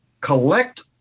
collect